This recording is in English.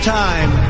time